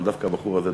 אבל דווקא הבחור הזה,